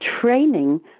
training